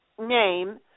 Name